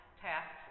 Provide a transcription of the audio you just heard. tasks